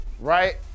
right